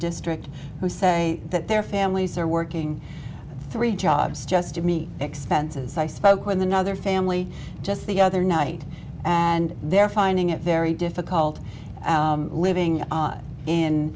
district who say that their families are working three jobs just to meet expenses i spoke with another family just the other night and they're finding it very difficult living in in